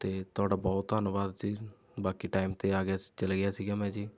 ਅਤੇ ਤੁਹਾਡਾ ਬਹੁਤ ਧੰਨਵਾਦ ਜੀ ਬਾਕੀ ਟਾਈਮ 'ਤੇ ਆ ਗਿਆ ਸ ਚਲੇ ਗਿਆ ਸੀਗਾ ਮੈਂ ਜੀ